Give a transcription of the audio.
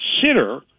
consider